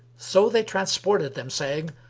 so they transported them, saying,